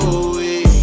away